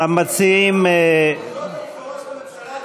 זאת הבשורה של הממשלה,